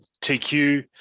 TQ